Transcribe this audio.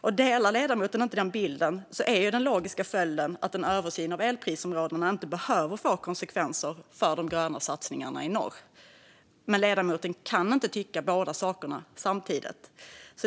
Om ledamoten inte delar den bilden är den logiska följden att en översyn av elprisområdena inte behöver få konsekvenser för de gröna satsningarna i norr. Men ledamoten kan inte tycka båda sakerna samtidigt.